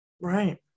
Right